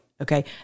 Okay